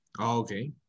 Okay